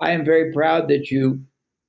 i am very proud that you